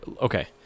okay